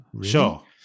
Sure